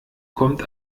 kommt